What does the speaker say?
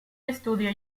estudio